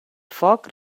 foc